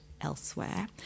elsewhere